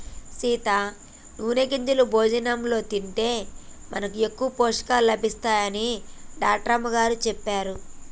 సీత నూనె గింజలు భోజనంలో తింటే మనకి ఎక్కువ పోషకాలు లభిస్తాయని డాక్టర్ అమ్మగారు సెప్పారు